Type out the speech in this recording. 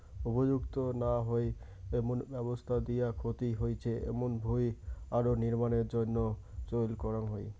উপযুক্ত না হই এমন ব্যবস্থা দিয়া ক্ষতি হইচে এমুন ভুঁই আরো নির্মাণের জইন্যে চইল করাঙ হই